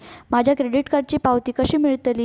माझ्या क्रेडीट कार्डची पावती कशी मिळतली?